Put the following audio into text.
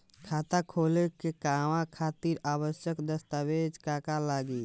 खाता खोले के कहवा खातिर आवश्यक दस्तावेज का का लगी?